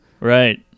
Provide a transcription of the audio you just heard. Right